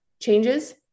changes